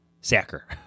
sacker